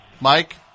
Mike